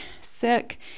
sick